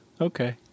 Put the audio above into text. okay